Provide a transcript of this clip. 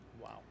wow